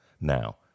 Now